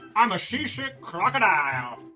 i'm a seasick crocodile.